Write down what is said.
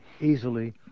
easily